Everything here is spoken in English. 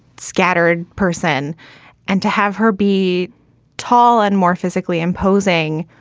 scattered person and to have her be tall and more physically imposing.